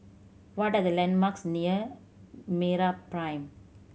what are the landmarks near MeraPrime